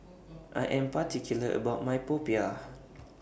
I Am particular about My Popiah